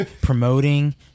promoting